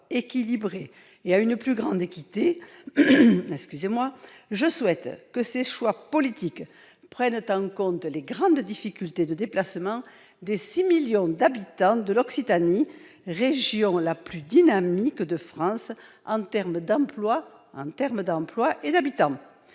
équilibré et à une plus grande équité, je souhaite que ces choix politiques prennent en compte les grandes difficultés de déplacement des 6 millions d'habitants de l'Occitanie, région la plus dynamique de France en termes d'emplois et d'habitants.